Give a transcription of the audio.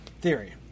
Theory